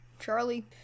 Charlie